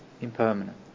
impermanent